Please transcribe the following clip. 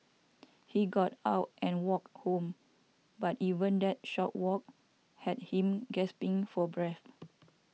he got out and walked home but even that short walk had him gasping for breath